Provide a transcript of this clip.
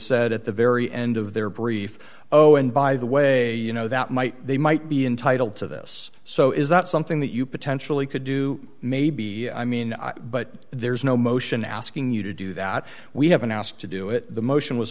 said at the very end of their brief oh d and by the way you know that might they might be entitle to this so is that something that you potentially could do maybe i mean but there's no motion asking you to do that we haven't asked to do it the motion was